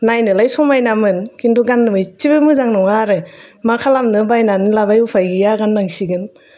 नायनोलाय समायनामोन खिन्थु गाननो एसेबो मोजां नङा आरो मा खालमानो बायना लाबाय उफाय गोया गाननांसिगोन